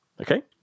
Okay